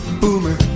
Boomer